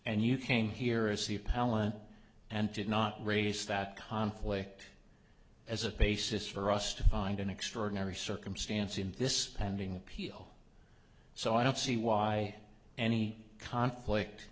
and you came here as the pallant and did not raise that conflict as a basis for us to find an extraordinary circumstance in this pending appeal so i don't see why any conflict